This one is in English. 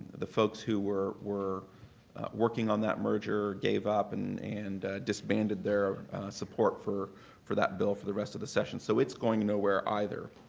the folks who were were working on that merger gave up and and disbanded their support for for that bill for the rest of the session. so it's going nowhere either.